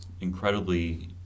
incredibly